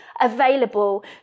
available